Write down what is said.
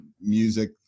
music